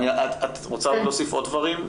את רוצה להוסיף עוד דברים?